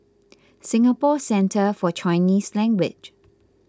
Singapore Centre for Chinese Language